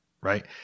Right